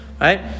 right